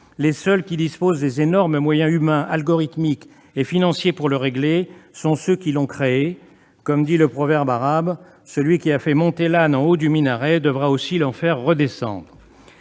Les seuls qui disposent des énormes moyens humains, algorithmiques et financiers pour régler le problème sont ceux qui l'ont créé. Pour paraphraser un proverbe arabe, celui qui a fait monter l'âne en haut du minaret devra aussi l'en faire redescendre.